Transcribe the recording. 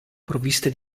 provviste